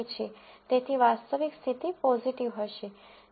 તેથી વાસ્તવિક સ્થિતિ પોઝીટિવ છે